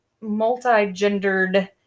multi-gendered